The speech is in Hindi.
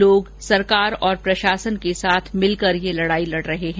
लोग सरकार और प्रशासन के साथ मिलकर यह लड़ाई लड़ रहे हैं